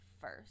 first